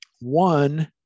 One